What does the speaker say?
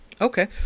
Okay